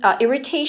irritation